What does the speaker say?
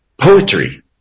poetry